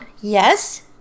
Yes